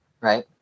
Right